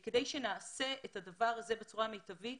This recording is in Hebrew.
כדי שנעשה את הדבר הזה בצורה מיטבית,